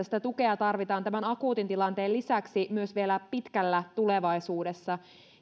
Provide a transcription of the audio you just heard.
sitä tukea tarvitaan tämän akuutin tilanteen lisäksi myös vielä pitkällä tulevaisuudessa